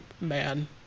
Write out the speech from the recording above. man